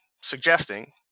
suggesting